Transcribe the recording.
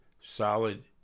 solid